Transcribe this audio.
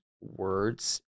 words